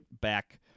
back